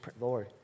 Lord